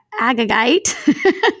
Agagite